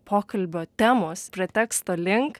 pokalbio temos preteksto link